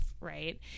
Right